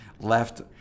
left